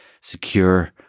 secure